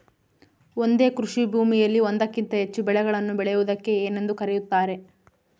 ಒಂದೇ ಕೃಷಿಭೂಮಿಯಲ್ಲಿ ಒಂದಕ್ಕಿಂತ ಹೆಚ್ಚು ಬೆಳೆಗಳನ್ನು ಬೆಳೆಯುವುದಕ್ಕೆ ಏನೆಂದು ಕರೆಯುತ್ತಾರೆ?